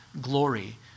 glory